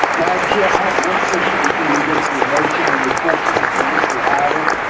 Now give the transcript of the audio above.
madam chair, i have one question before we get to the motion. and the question is for mr. holler.